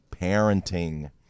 parenting